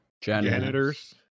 Janitors